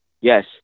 Yes